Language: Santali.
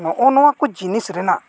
ᱱᱚᱜᱼᱚ ᱱᱚᱣᱟ ᱠᱚ ᱡᱤᱱᱤᱥ ᱨᱮᱱᱟᱜ